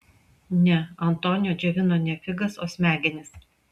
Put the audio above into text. ne antonio džiovino ne figas o smegenis